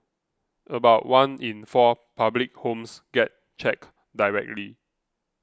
about one in four public homes gets checked directly